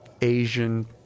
Asian